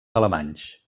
alemanys